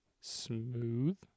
smooth